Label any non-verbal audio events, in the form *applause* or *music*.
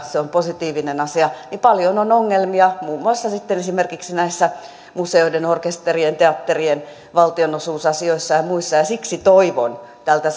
se on positiivinen asia niin paljon on ongelmia muun muassa sitten esimerkiksi näissä museoiden orkesterien teatterien valtionosuusasioissa ja ja muissa ja siksi toivon tältä *unintelligible*